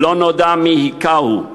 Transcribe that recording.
"לא נודע מי הכהו,